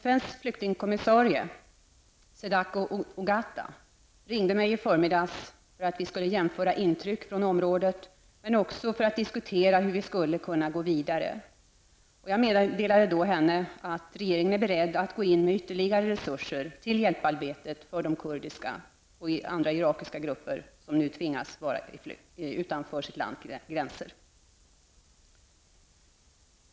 FNs flyktingkommissarie, Sadako Ogata, ringde mig i förmiddags för att vi skulle kunna jämföra intryck från området men också för att diskutera hur vi skulle kunna gå vidare. Jag meddelade henne då att regeringen är beredd att gå in med ytterligare resurser till hjälparbetet för kurderna och andra irakiska grupper som nu tvingas vara på flykt utanför sitt lands gränser.